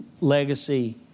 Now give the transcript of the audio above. legacy